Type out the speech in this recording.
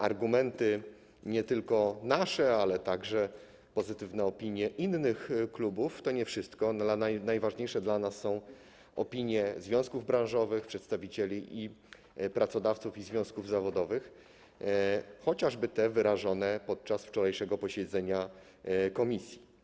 Chodzi tu nie tylko o nasze argumenty, ale także o pozytywne opinie innych klubów, lecz to nie wszystko, bo najważniejsze dla nas są opinie związków branżowych, przedstawicieli i pracodawców, i związków zawodowych, chociażby te wyrażone podczas wczorajszego posiedzenia komisji.